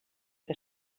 que